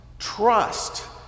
trust